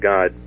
God